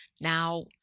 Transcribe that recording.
Now